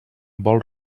vol